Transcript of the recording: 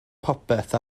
popeth